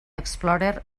explorer